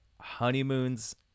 honeymoons